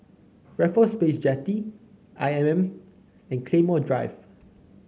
Raffles Place Jetty I M M and Claymore Drive